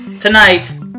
tonight